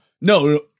no